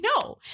No